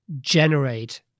generate